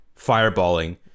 fireballing